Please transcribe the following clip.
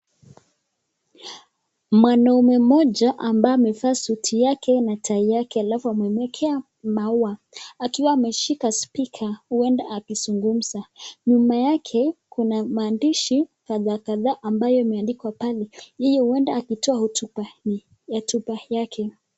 Mwanamme mmoja ambaye amevaa suti yake na tai yake alafu amemwekea maua, akiwa ameshika spika huenda akizungumza. Nyuma yake kuna maandishi kadhaa kadhaa ambayo imeandikwa pale. Yeye huenda akitoa hotuba hii, hotuba yake.